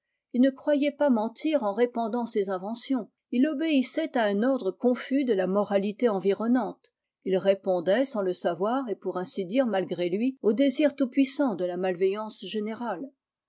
il ne croyait pas mentir en répandant ses inventions il obéissait à un ordre confus de la moralité environnante il répondait sans le savoir et pour ainsi dire malgré lui au désir tout-puissant de la malveillance générale